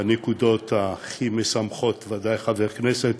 הנקודות הכי משמחות, ודאי חבר כנסת,